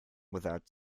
without